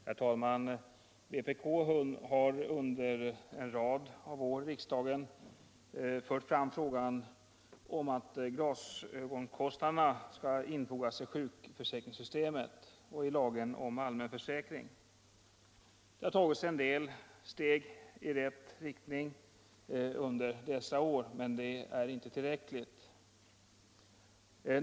Herr talman! Vpk har under en rad år i riksdagen fört fram frågan om att glasögonkostnaderna skall infogas i sjukförsäkringssystemet och lagen om allmän försäkring. Det har tagits en del steg i rätt riktning under dessa år, men det är inte tillräckligt.